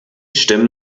stimmen